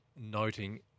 noting